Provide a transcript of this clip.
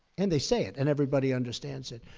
and they say it, and everybody understands it.